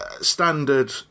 standard